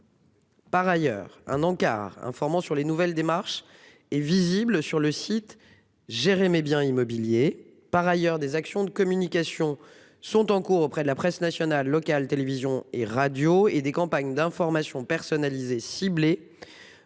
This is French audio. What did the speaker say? Par ailleurs, un encart informant sur les nouvelles démarches et visible sur le site gérer mes biens immobiliers par ailleurs des actions de communication sont en cours auprès de la presse nationale locale télévision et radio et des campagnes d'information personnalisée ciblées.